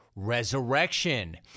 resurrection